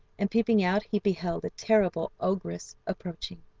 and peeping out he beheld a terrible ogress approaching.